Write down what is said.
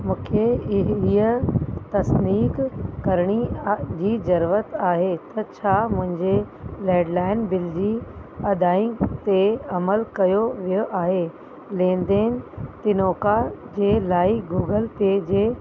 मूंखे ही इहा तसदीक करणी आहे जी ज़रूरत आहे त छा मुंहिंजे लैंडलाइन बिल जी अदाय ते अमल कयो वियो आहे लेनदेन तिनोका जे लाइ गूगल पे जे